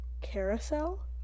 Carousel